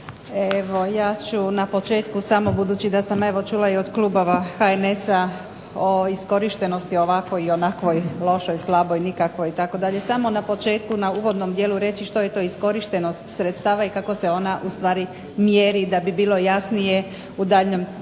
Evo ja ću na početku samo budući da sam evo čuli i od klubova HNS-a o iskorištenosti ovakvoj i onakvoj, lošoj, slaboj, nikakvoj itd., samo na početku na uvodnom dijelu reći što je to iskorištenost sredstava i kako se ona ustvari mjeri da bi bilo jasnije u daljnjem tijeku